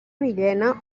villena